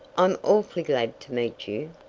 i'm awfully glad to meet you,